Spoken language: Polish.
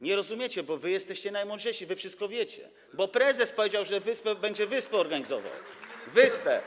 Nie rozumiecie tego, bo wy jesteście najmądrzejsi, wy wszystko wiecie, bo prezes powiedział, że będzie wyspę organizował - wyspę.